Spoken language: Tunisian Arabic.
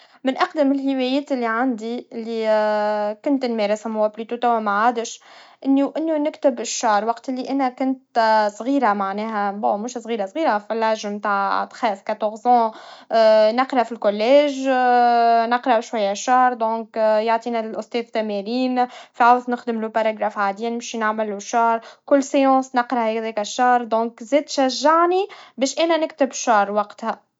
من أقدم الهوايات اللي عندي, اللي و كنت نمارسها منذ زمن وماعدش, إني- أنه نكتب الشعر وقت اللي أنا كنت صغيرا, معناها جيد مش صغيرا صغيرا, في عمر الاربعة عشر عام, نقرا في الكليا, نقرا شويا عالشعر, لذلك يعطينا الاستاذ تمارين, فعاوز نخدم البراجراف عادي, نمشي نعملوا شعر, كل العلوم نقرا لكن الشعر يرجعني باش أنا نكتب شعر وقتها.